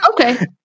Okay